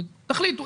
תחליטו,